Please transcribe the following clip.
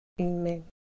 amen